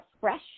fresh